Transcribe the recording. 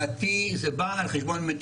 לדעתי, זה בא על חשבון דברים אחרים.